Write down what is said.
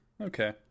Okay